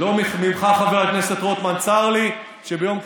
חבל לי, דווקא